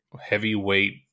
heavyweight